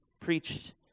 preached